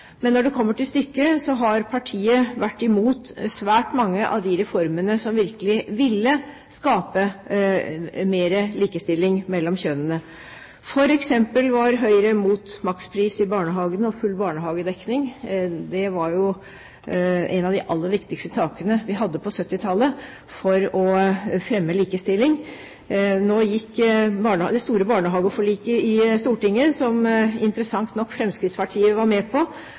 Men når det kommer til stykket, har partiet vært imot svært mange av de reformene som virkelig ville skape mer likestilling mellom kjønnene. For eksempel var Høyre imot makspris i barnehagene og full barnehagedekning. Det var jo en av de aller viktigste sakene vi hadde på 1970-tallet for å fremme likestilling. Når det gjelder det store barnehageforliket i Stortinget, som interessant nok Fremskrittspartiet var med på,